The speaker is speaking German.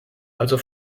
also